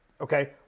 Okay